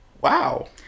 wow